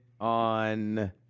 On